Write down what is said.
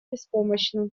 беспомощно